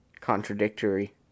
Contradictory